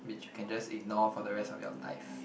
which you can just ignore for the rest of your life